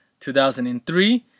2003